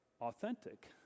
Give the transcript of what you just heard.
Authentic